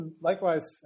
Likewise